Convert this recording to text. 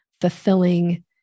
fulfilling